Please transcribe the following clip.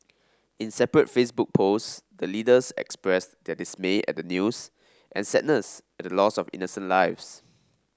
in separate Facebook posts the leaders expressed their dismay at the news and sadness at the loss of innocent lives